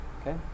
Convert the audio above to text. okay